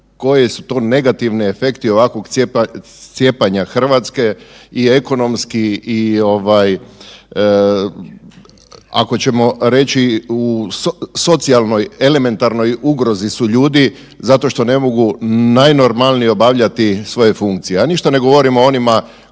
koji su to negativni efekti ovakvog cijepanja Hrvatske i ekonomski i ako ćemo reći u socijalnoj elementarnoj ugrozi su ljudi zato što ne mogu najnormalnije obavljati svoje funkcije. A ništa ne govorimo o onima